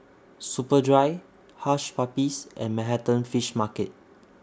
Superdry Hush Puppies and Manhattan Fish Market